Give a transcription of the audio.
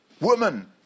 woman